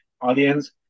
audience